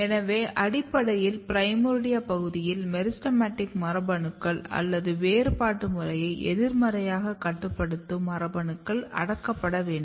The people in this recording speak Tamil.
எனவே அடிப்படையில் பிரைமோர்டியா பகுதியில் மெரிஸ்டெமடிக் மரபணுக்கள் அல்லது வேறுபாடு முறையை எதிர்மறையாகக் கட்டுப்படுத்தும் மரபணுக்கள் அடக்கப்பட வேண்டும்